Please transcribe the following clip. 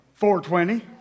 420